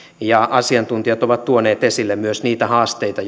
ja asiantuntijat ovat tuoneet esille myös niitä haasteita